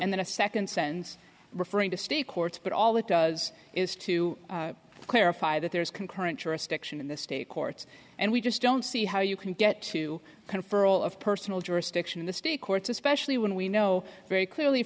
and then a second sentence referring to state courts but all that does is to clarify that there is concurrent jurisdiction in the state courts and we just don't see how you can get to confer all of personal jurisdiction in the state courts especially when we know very clearly